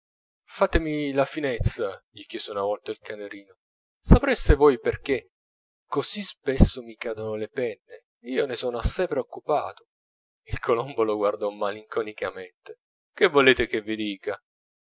fatemi la finezza gli chiese una volta il canarino sapreste voi perchè così spesso mi cadono le penne io ne sono assai preoccupato il colombo lo guardò malinconicamente che volete vi dica